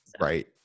Right